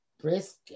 brisk